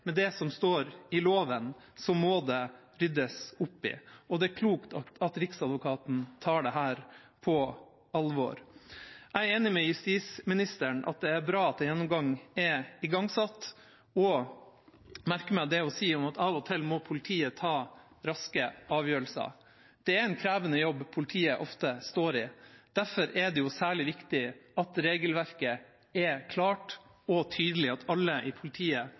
med det som står i loven, må det ryddes opp. Og det er klokt at Riksadvokaten tar dette på alvor. Jeg er enig med justisministeren i at det er bra at en gjennomgang er igangsatt, og merker meg det hun sier om at av og til må politiet ta raske avgjørelser. Det er en krevende jobb politiet ofte står i, derfor er det særlig viktig at regelverket er klart og tydelig, at alle i politiet